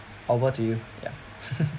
over to you ya